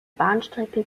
bahnstrecke